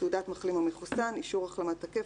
"תעודת מחלים או מחוסן" אישור החלמה תקף